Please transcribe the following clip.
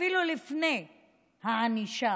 אפילו לפני הענישה,